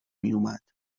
میومد